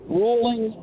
rolling